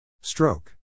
Stroke